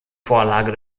vorlage